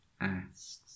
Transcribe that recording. asks